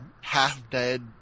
half-dead